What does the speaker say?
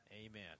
Amen